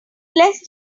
less